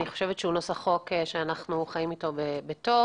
אני חושבת שהוא נוסח חוק שאנחנו חיים אתו בטוב.